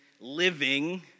living